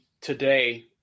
today